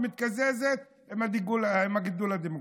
היא מתקזזת עם הגידול הדמוגרפי.